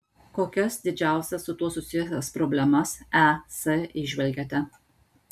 kokias didžiausias su tuo susijusias problemas es įžvelgiate